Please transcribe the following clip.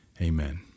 amen